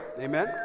amen